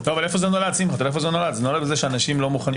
זה מקרים של אנשים שכל